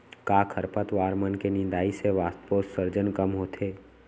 का खरपतवार मन के निंदाई से वाष्पोत्सर्जन कम होथे?